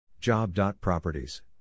Job.properties